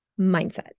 Mindset